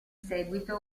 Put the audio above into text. seguito